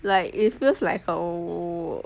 like it feels like uh